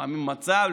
לפעמים המצב,